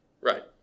Right